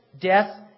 death